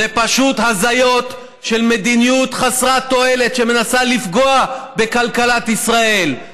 זה פשוט הזיות של מדיניות חסרת תועלת שמנסה לפגוע בכלכלת ישראל,